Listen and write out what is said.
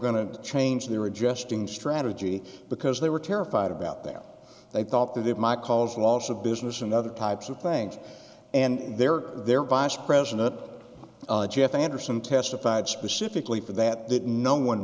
to change their adjusting strategy because they were terrified about there they thought that it might cause loss of business and other types of things and their their vice president jeff anderson testified specifically for that that no one